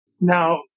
Now